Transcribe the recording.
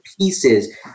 pieces